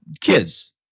kids